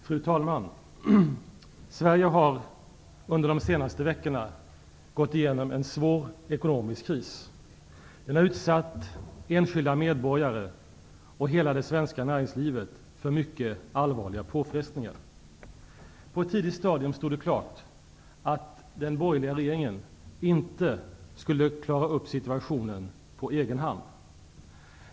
Fru talman! Sverige har under de senaste veckorna gått igenom en svår ekonomisk kris. Den har utsatt enskilda medborgare och hela det svenska näringslivet för mycket allvarliga påfrestningar. På ett tidigt stadium stod det klart att den borgerliga regeringen inte skulle klara upp situationen på egen hand.